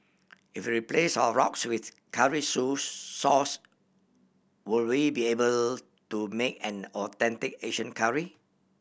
if we replace our roux with curry so sauce will we be able to make an authentic Asian curry